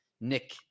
nick